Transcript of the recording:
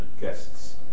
guests